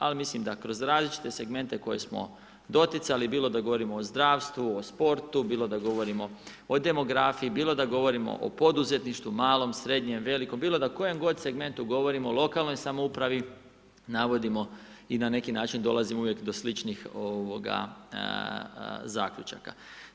Ali mislim da kroz različite segmente koje smo doticali bilo da govorimo o zdravstvu, o sportu, bilo da govorimo o demografiji, bilo da govorimo o poduzetništvu, malom, srednjem, velikom, bilo da o kojem god segmentu govorimo, lokalnoj samoupravi navodimo i na neki način dolazimo uvijek do sličnih zaključaka.